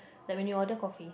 like when you order coffee